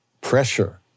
pressure